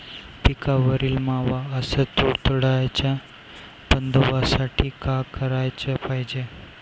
पिकावरील मावा अस तुडतुड्याइच्या बंदोबस्तासाठी का कराच पायजे?